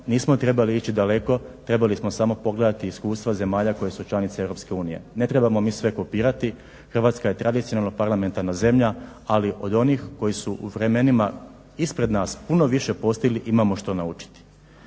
Nismo trebali ići daleko, trebali smo samo pogledati iskustva zemalja koje su članice Europske unije. Ne trebamo mi sve kopirati, Hrvatska je tradicionalno parlamentarna zemlja, ali od onih koji su u vremenima ispred nas puno više postigli imamo što naučiti.